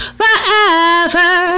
forever